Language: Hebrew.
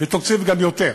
ותוסיף גם יותר.